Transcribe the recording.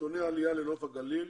נתוני עלייה לנוף הגליל,